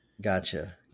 Gotcha